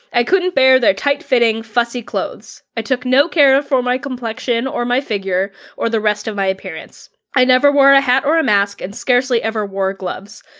i couldn't bear their tight-fitting, fussy clothes. i took no care for my complexion or my figure, or the rest of my appearance. i never wore a hat or a mask and scarcely ever wore gloves.